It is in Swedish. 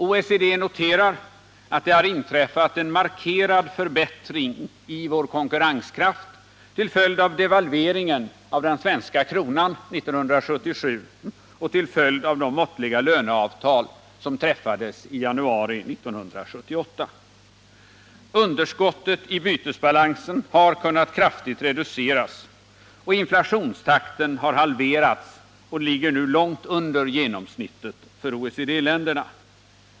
OECD noterar att det har inträffat en markerad förbättring i vår konkurrenskraft till följd av devalveringen av den svenska kronan 1977 och till följd av de måttliga löneavtal som träffades i januari 1978. Underskottet i bytesbalansen har kunnat kraftigt reduceras, och inflationstakten har halverats och ligger nu långt under genomsnittet för OECD-länderna.